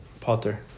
Potter